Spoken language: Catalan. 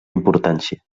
importància